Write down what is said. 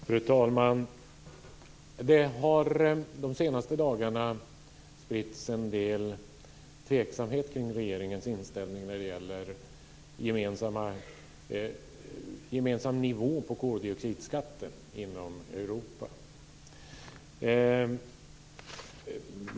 Fru talman! Det har under de senaste dagarna spritts en del tveksamhet kring regeringens inställning när det gäller en gemensam nivå på koldioxidskatten inom Europa.